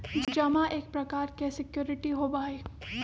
जमा एक प्रकार के सिक्योरिटी होबा हई